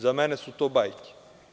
Za mene su to bajke.